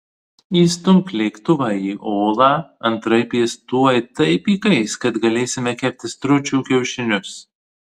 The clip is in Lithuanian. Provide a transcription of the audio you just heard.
įstumk lėktuvą į olą antraip jis tuoj taip įkais kad galėsime kepti stručių kiaušinius